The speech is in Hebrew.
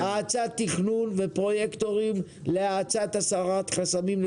פרויקטורים להאצת תכנון ופרויקטים להאצת הסרת חסמים.